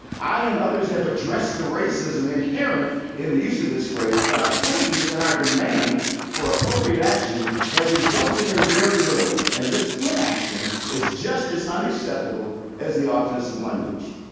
i and others have addressed the racism inherent in the use of this phrase, but our pleas and our demands for appropriate action have resulted in very little, and this inaction is just as unacceptable as the offensive language.